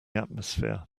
atmosphere